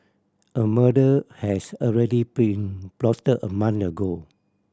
a murder has already been plotted a month ago